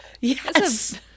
yes